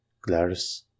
Glarus